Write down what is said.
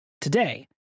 Today